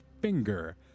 finger